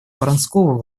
вронского